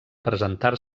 presentar